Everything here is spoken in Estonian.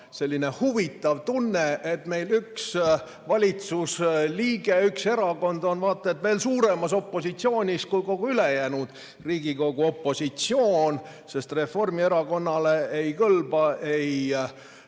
selline huvitav tunne, et meil on üks valitsusliige, üks erakond, vaata et veel suuremas opositsioonis kui kogu ülejäänud Riigikogu opositsioon, sest Reformierakonnale ei kõlba ei